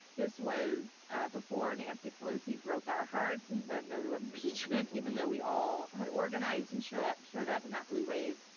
this was before nancy pelosi broke our hearts and said no to impeachment, even though we all had organized and showed up showed up in that blue wave,